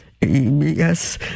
Yes